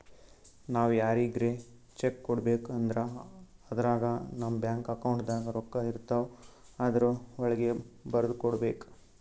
ನಾವ್ ಯಾರಿಗ್ರೆ ಚೆಕ್ಕ್ ಕೊಡ್ಬೇಕ್ ಅಂದ್ರ ಅದ್ರಾಗ ನಮ್ ಬ್ಯಾಂಕ್ ಅಕೌಂಟ್ದಾಗ್ ರೊಕ್ಕಾಇರ್ತವ್ ಆದ್ರ ವಳ್ಗೆ ಬರ್ದ್ ಕೊಡ್ಬೇಕ್